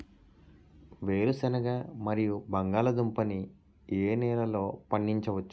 వేరుసెనగ మరియు బంగాళదుంప ని ఏ నెలలో పండించ వచ్చు?